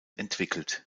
entwickelt